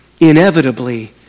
inevitably